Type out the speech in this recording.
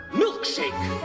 milkshake